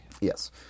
Yes